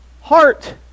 heart